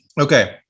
Okay